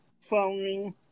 following